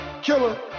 killer